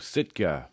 Sitka